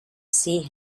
see